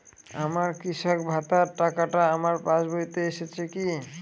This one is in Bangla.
আমার কৃষক ভাতার টাকাটা আমার পাসবইতে এসেছে কি?